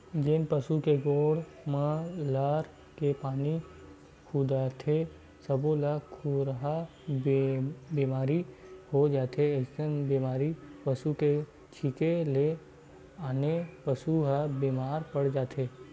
जेन पसु के गोड़ म लार के पानी खुंदाथे सब्बो ल खुरहा बेमारी हो जाथे अइसने बेमारी पसू के छिंके ले आने पसू ह बेमार पड़ जाथे